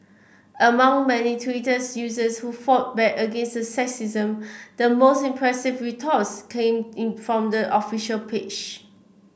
among many Twitter's users who fought back against the sexism the most impressive retorts came in from the official page